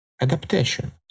adaptation